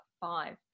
five